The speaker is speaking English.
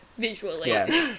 visually